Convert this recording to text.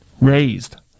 raised